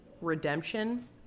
redemption